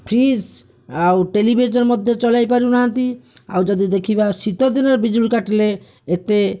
fridge ଆଉ television ମଧ୍ୟ ଚଳାଇ ପାରୁନାହାନ୍ତି ଆଉ ଯଦି ଦେଖିବା ଶୀତ ଦିନରେ ବିଜୁଳି କାଟିଲେ ଏତେ